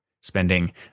spending